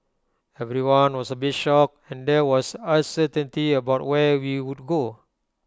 everyone was A bit shocked and there was uncertainty about where we would go